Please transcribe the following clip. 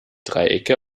dreiecke